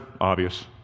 obvious